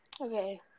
Okay